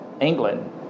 England